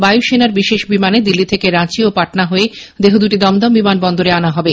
বায়ুসেনার বিশেষ বিমানে দিল্লি থেকে রাঁচি ও পাটনা হয়ে দেহ দুটি দমদম বিমানবন্দরে আনা হবে